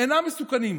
אינם מסוכנים,